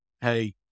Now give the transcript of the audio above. Hey